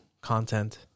content